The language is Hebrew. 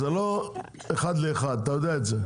זה לא אחד לאחד, ואתה יודע את זה.